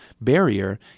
barrier